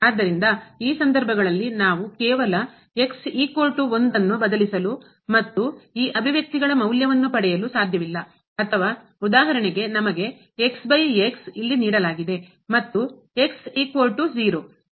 ಆದ್ದರಿಂದ ಈ ಸಂದರ್ಭಗಳಲ್ಲಿ ನಾವು ಕೇವಲ ಬದಲಿಸಲು ಮತ್ತು ಈ ಅಭಿವ್ಯಕ್ತಿಗಳ ಮೌಲ್ಯವನ್ನು ಪಡೆಯಲು ಸಾಧ್ಯವಿಲ್ಲ ಅಥವಾ ಉದಾಹರಣೆಗೆ ನಮಗೆ ಇಲ್ಲಿ ನೀಡಲಾಗಿದೆ ಮತ್ತು